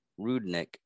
Rudnick